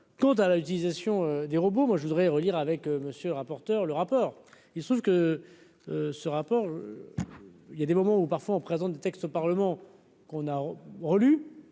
quant à la utilisation des robots, moi je voudrais redire avec. Le rapporteur, le rappeur, il se trouve que ce rapport il y a des moments où parfois on présente des textes au Parlement qu'on a relu